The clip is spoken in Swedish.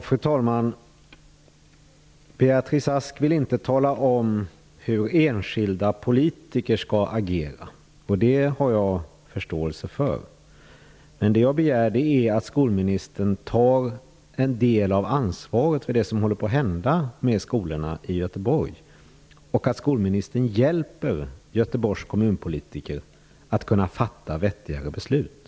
Fru talman! Beatrice Ask vill inte tala om hur enskilda politiker skall agera. Det har jag förståelse för. Vad jag begär är att skolministern tar en del av ansvaret för det som håller på att hända med skolorna i Göteborg och att skolministern hjälper Göteborgs kommunpolitiker att fatta vettiga beslut.